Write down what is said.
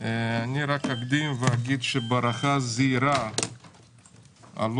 אני רק אקדים ואגיד שבהערכה זהירה העלות